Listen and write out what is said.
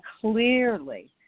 clearly